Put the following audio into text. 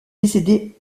décédé